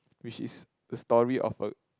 which is the story of a